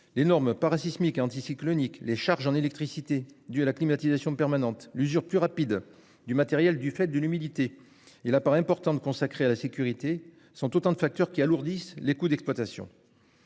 Les normes parasismiques et anticycloniques les charges en électricité due à la climatisation permanente l'usure plus rapide du matériel, du fait de l'humidité et la part importante consacrée à la sécurité sont autant de facteurs qui alourdissent les coûts d'exploitation.